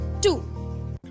Two